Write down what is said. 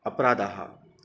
अपराधः